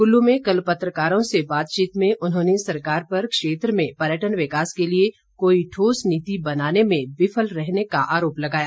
कुल्लू में कल पत्रकारों से बातचीत में उन्होंने सरकार पर क्षेत्र में पर्यटन विकास के लिए कोई ठोस नीति बनाने में विफल रहने का आरोप लगाया